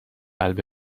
قلب